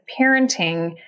parenting